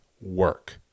work